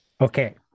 Okay